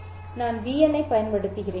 நான் bn ஐப் பயன்படுத்துவேன்